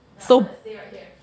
so